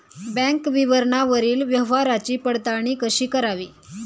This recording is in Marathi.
बँक विवरणावरील व्यवहाराची पडताळणी कशी करावी?